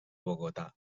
bogotà